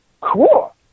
Cool